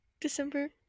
December